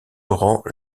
laurent